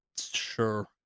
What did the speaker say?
Sure